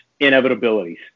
inevitabilities